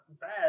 bad